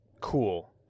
cool